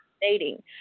dating